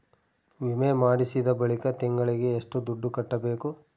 ವಿಮೆ ಮಾಡಿಸಿದ ಬಳಿಕ ತಿಂಗಳಿಗೆ ಎಷ್ಟು ದುಡ್ಡು ಕಟ್ಟಬೇಕು?